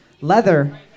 Leather